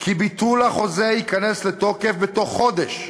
כי ביטול החוזה ייכנס לתוקף בתוך חודש.